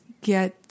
get